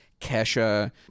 kesha